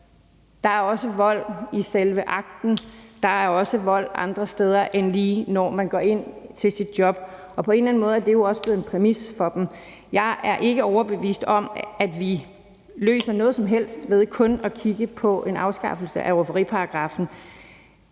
Der er også vold i selve akten, og der er også vold andre steder, end når man lige går ind til sit job, og på en eller anden måde er det jo også blevet en præmis for dem. Jeg er ikke overbevist om, at vi løser noget som helst ved kun at kigge på en afskaffelse af rufferiparagraffen.